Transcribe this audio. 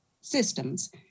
systems